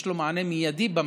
יש לו מענה מיידי במטה.